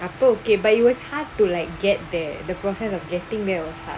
okay but it was hard to like get there the process of getting mail